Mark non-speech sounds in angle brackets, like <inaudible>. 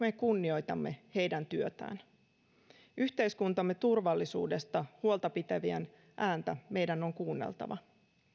<unintelligible> me kunnioitamme heidän työtään yhteiskuntamme turvallisuudesta huolta pitävien ääntä meidän on kuunneltava